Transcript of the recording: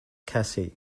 cassie